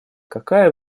какая